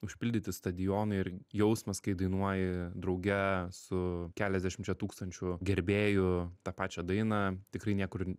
užpildyti stadionai ir jausmas kai dainuoji drauge su keliasdešimčia tūkstančių gerbėjų tą pačią dainą tikrai niekur